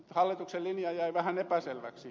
hallituksen linja jäi vähän epäselväksi